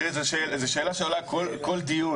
תראי, זאת שאלה שעולה כל דיון.